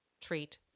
treat